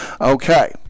Okay